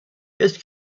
its